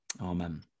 Amen